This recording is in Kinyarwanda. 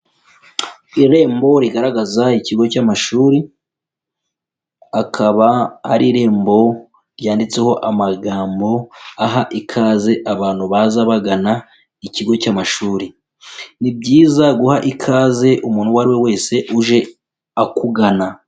Irembo rigaragaza ikigo cy'amashuri, akaba ari irembo ryanditseho amagambo aha ikaze abantu baza bagana ikigo cy'amashuri, ni byiza guha ikaze umuntu uwo ari we wese uje akugana.